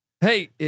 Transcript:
Hey